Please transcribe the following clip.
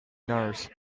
nurse